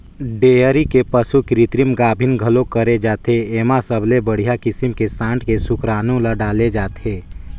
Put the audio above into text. dairy के पसू के कृतिम गाभिन घलोक करे जाथे, एमा सबले बड़िहा किसम के सांड के सुकरानू ल डाले जाथे